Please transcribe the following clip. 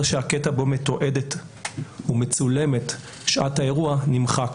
שהקטע בו מתועדת ומצולמת שעת האירוע נמחק.